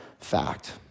fact